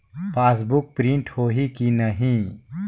Passbook print होही कि नहीं?